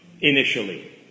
initially